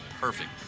perfect